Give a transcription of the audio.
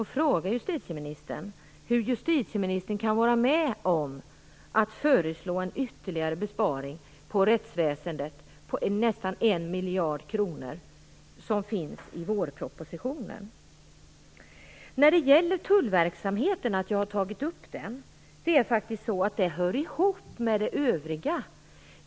Hur kan justitieministern vara med om att föreslå en ytterligare besparing när det gäller rättsväsendet på nästan 1 miljard kronor, vilket har föreslagits i vårpropositionen? Anledningen till att jag har tagit upp frågan om tullverksamheten är att den hör ihop med det övriga.